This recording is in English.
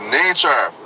nature